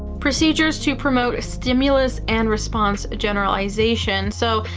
procedures to promote stimulus and response generalization. so,